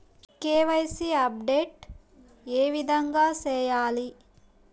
KYC update ఏ విధంగా సేయాలి?